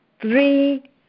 three